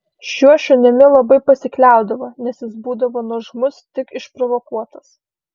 šiuo šunimi labai pasikliaudavo nes jis būdavo nuožmus tik išprovokuotas